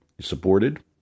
supported